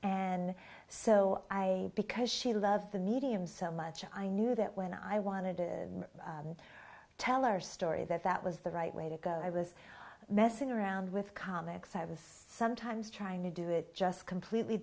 so i because she loved the medium so much i knew that when i wanted to tell her story that that was the right way to go i was messing around with comics i was sometimes trying to do it just completely